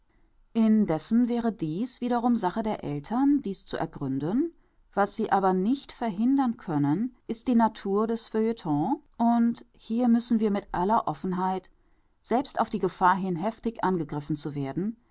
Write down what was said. indessen wäre dies wiederum sache der eltern dies zu ergründen was sie aber nicht verhindern können ist die natur des feuilleton und hier müssen wir mit aller offenheit selbst auf die gefahr hin heftig angegriffen zu werden